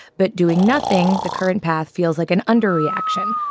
but doing nothing. the current path feels like an under reaction.